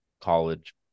college